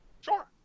Sure